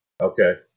Okay